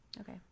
Okay